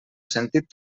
sentit